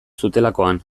zutelakoan